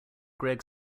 gregg